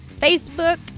Facebook